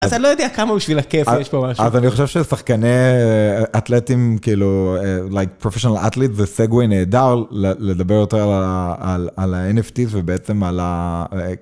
אז אני לא יודע כמה בשביל הכיף יש פה משהו. אז אני חושב ששחקני... אתלטים כאילו... כאילו פרופשונל את׳ליטס זה סגוויי נהדר לדבר יותר על ה-NFTs ובעצם על ה...